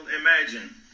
imagine